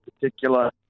particular